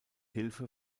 hilfe